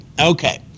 okay